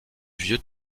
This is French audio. vieux